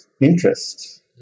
interest